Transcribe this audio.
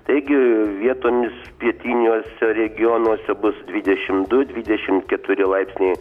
taigi vietomis pietiniuose regionuose bus dvidešimt du dvidešimt keturi laipsniai